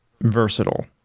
versatile